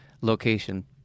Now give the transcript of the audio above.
location